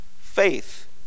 faith